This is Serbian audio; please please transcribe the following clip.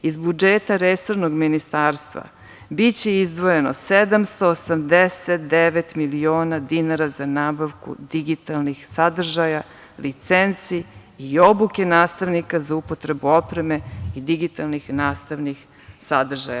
Iz budžeta resornog ministarstva biće izdvojeno 789 miliona dinara za nabavku digitalnih sadržaja, licenci i obuke nastavnika za upotrebu opreme i digitalnih nastavnih sadržaja.